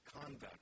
conduct